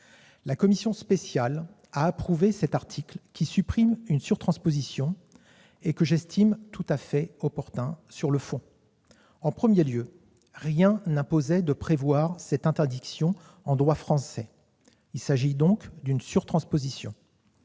La commission spéciale a approuvé cet article, qui supprime une surtransposition et que j'estime tout à fait opportun sur le fond. En premier lieu, rien n'imposait de prévoir cette interdiction en droit français. Il s'agit donc d'une surtransposition.